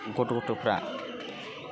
गथ' गथ'फ्रा